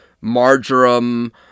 marjoram